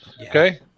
Okay